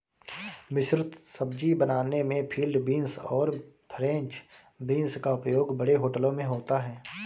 मिश्रित सब्जी बनाने में फील्ड बींस और फ्रेंच बींस का उपयोग बड़े होटलों में होता है